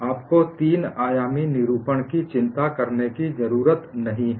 आपको तीन आयामी निरूपण की चिंता करने की ज़रूरत नहीं है